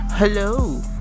hello